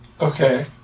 Okay